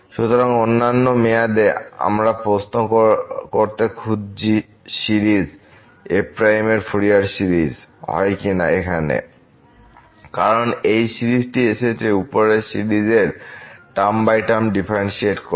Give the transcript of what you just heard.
সুতরাং অন্যান্য মেয়াদে আমরা প্রশ্ন করতে খুঁজছি সিরিজ f এর ফুরিয়ার সিরিজ হয় কিনা এখানে কারণ এই সিরিজটি এসেছে উপরের সিরিজ এর টার্ম বাই টার্ম ডিফারেন্শিয়েট করে